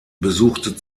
besuchte